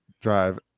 drive